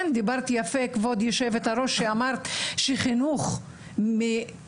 דיברת כבוד היושבת ראש נכון כשאמרת שאנחנו